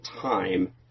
time